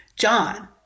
John